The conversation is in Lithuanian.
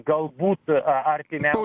gal būt a artimiau